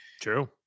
True